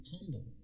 humble